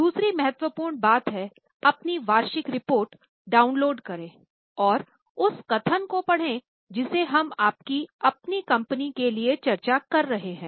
दूसरी महत्वपूर्ण बात है अपनी वार्षिक रिपोर्ट डाउनलोड करें और उस कथन को पढ़ें जिसे हम आपकी अपनी कंपनी के लिए चर्चा कर रहे हैं